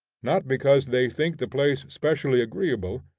not because they think the place specially agreeable,